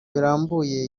birambuye